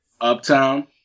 Uptown